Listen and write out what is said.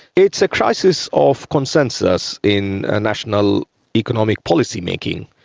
it's a crisis of consensus in ah national economic policymaking.